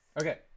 Okay